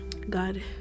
God